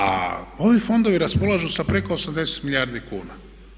A ovi fondovi raspolažu sa preko 80 milijardi kuna.